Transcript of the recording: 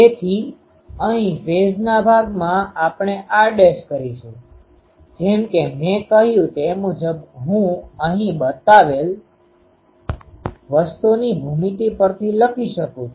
તેથી અહીં ફેઝના ભાગમાં આપણે r' કરીશું જેમ કે મે કહ્યું તે મુજબ હું અહીં બતાવેલ વસ્તુની ભૂમિતિ પરથી લખી શકું છું